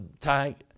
tank